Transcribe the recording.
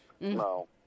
No